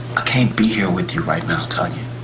i can't be here with you right now, tonya.